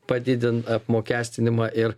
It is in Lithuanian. padidint apmokestinimą ir